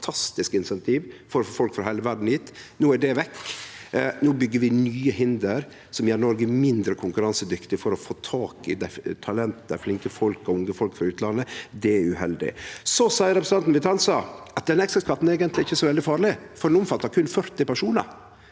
Det var eit fantastisk initiativ for å få folk frå heile verda hit. No er det vekk. No byggjer vi nye hinder som gjer Noreg mindre konkurransedyktig for å få tak i talent, flinke folk og unge folk frå utlandet. Det er uheldig. Representanten Vitanza seier at exit-skatten eigentleg ikkje er så veldig farleg, for han omfattar berre 40 personar.